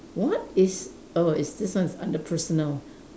what is oh this one is under personal